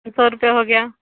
सौ रूपए हो गया